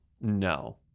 no